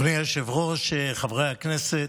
אדוני היושב-ראש, חברי הכנסת,